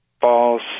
false